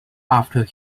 after